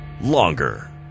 longer